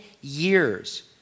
years